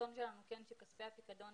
הרצון שלנו שכספי הפיקדון